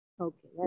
Okay